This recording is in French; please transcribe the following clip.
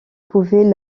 pouvait